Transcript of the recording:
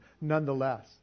nonetheless